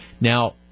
Now